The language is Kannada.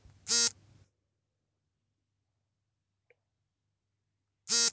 ಕೆಂಪು ಮಣ್ಣಿನಲ್ಲಿ ತರಕಾರಿಗಳನ್ನು ಬೆಳೆದು ಒಳ್ಳೆಯ ಲಾಭ ಪಡೆಯಬಹುದೇ?